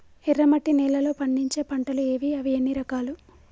ఎర్రమట్టి నేలలో పండించే పంటలు ఏవి? అవి ఎన్ని రకాలు?